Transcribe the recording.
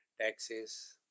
taxes